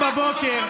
היום בבוקר,